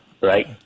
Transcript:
right